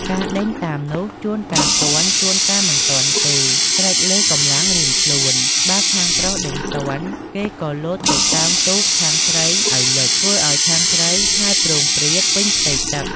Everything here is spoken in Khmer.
ការដេញតាមនោះ ជួនកាលទាន់ ជួនកាលមិនទាន់ទេ ស្រេចលើកម្លាំងរៀងខ្លួន បើខាងប្រុសដេញទាន ក៏គេលោតទៅតោងទាញទូកខាងស្រីឲ្យលិច ធ្វើឲ្យខាងស្រីហែលព្រោងព្រាតពេញផ្ទៃទឹក។